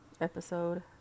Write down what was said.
episode